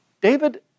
David